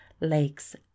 lakes